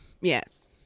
Yes